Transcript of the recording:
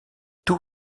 tout